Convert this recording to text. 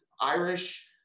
Irish